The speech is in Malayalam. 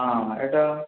ആ ഏട്ടാ